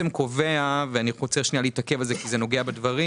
קובע ואני רוצה להתעכב על זה כי זה נוגע בדברים